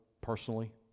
personally